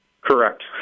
Correct